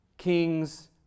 kings